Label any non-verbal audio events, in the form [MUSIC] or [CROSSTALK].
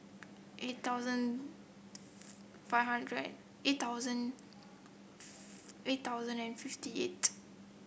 eight thousand [UNINTELLIGIBLE] five hundred eight thousand [UNINTELLIGIBLE] eight thousand and fifty eight